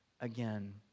again